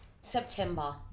September